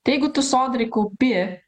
tai jeigu tu sodroj kaupi